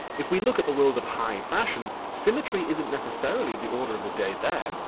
if we look at the world of high fashion symmetry isn't necessarily of the order of the day there.